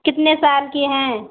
कितने साल की हैं